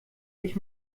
ich